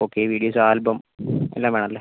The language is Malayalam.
ഓക്കെ വീഡിയോസ് ആൽബം എല്ലാം വേണം അല്ലെ